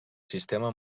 sistema